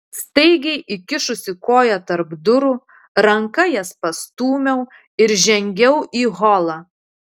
staigiai įkišusi koją tarp durų ranka jas pastūmiau ir žengiau į holą